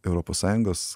europos sąjungos